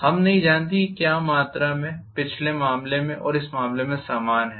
हम नहीं जानते कि क्या मात्रा पिछले मामले और इस मामले में समान है